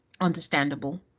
understandable